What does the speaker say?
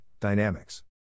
Dynamics